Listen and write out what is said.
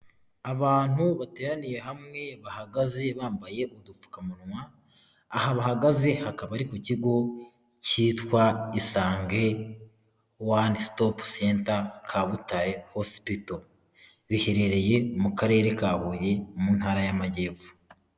Abantu bateraniye hamwe bahagaze bambaye udupfukamunwa, aha bahagaze hakaba ari ku kigo cyitwa isange one stop center Kabutare hotpital, biherereye mu karere ka Huye mu Ntara y'Amajyepfo.